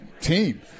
team